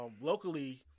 Locally